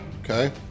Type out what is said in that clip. Okay